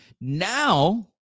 now